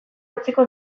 utziko